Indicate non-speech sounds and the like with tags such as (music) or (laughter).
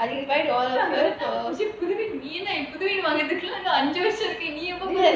(laughs) இதுக்குள்ள என்ன அஞ்சு வருஷம் இருக்கு:ithukula enna anju varusham